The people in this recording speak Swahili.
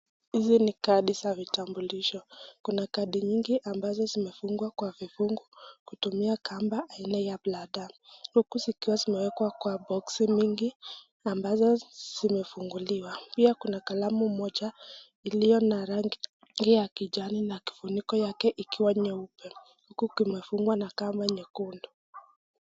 Hizi ni kadi za vitambulisho. Kuna Kadi nyingi ambazo zimefungwa kwa vifungo kutumia kamba aina ya blada huku zikiwa zimewekwa kwa box mingi ambazo zimefunguliwa. Pia kuna kalamu moja iliyo na rangi ya kijani na kifuniko nyeupe huku imefungwa na kamba nyekundu.